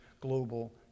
global